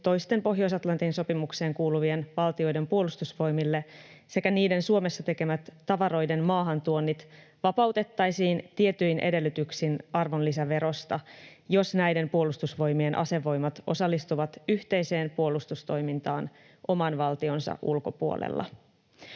toisten Pohjois-Atlantin sopimukseen kuuluvien valtioiden puolustusvoimille sekä niiden Suomessa tekemät tavaroiden maahantuonnit vapautettaisiin tietyin edellytyksin arvonlisäverosta, jos näiden puolustusvoimien asevoimat osallistuvat yhteiseen puolustustoimintaan oman valtionsa ulkopuolella.